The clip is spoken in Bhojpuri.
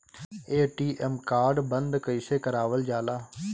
ए.टी.एम कार्ड बन्द कईसे करावल जाला?